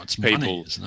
people